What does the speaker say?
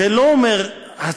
את זה לא אומר "הצל";